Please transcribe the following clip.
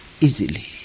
easily